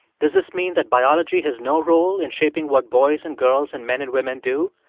does this mean that biology has no role in shaping what boys and girls and men and women do?